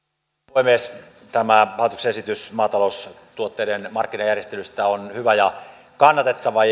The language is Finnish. puhemies tämä hallituksen esitys maataloustuotteiden markkinajärjestelystä on hyvä ja kannatettava